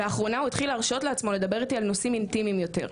לאחרונה הוא התחיל להרשות לעצמו לדבר איתי על נושאים אינטימיים יותר,